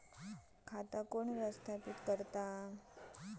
खाता कोण व्यवस्थापित करता?